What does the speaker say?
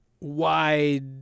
wide